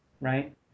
right